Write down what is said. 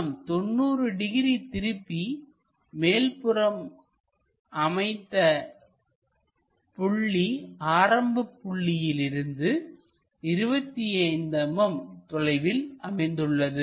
நாம் 90 டிகிரி திருப்பி மேல்புறம் அமைத்த புள்ளி ஆரம்பப் புள்ளியில் இருந்து 25 mm தொலைவில் அமைந்துள்ளது